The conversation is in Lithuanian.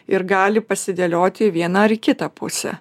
ir gali pasidėlioti į vieną ar į kitą pusę